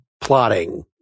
plotting